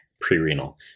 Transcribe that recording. pre-renal